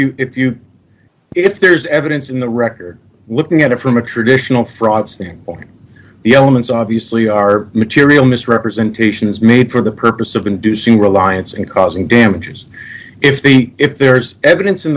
you if you if there's evidence in the record looking at it from a traditional frosting on the elements obviously are material misrepresentations made for the purpose of inducing reliance and causing damages if the if there's evidence in